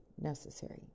necessary